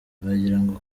wafungura